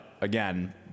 again